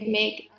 make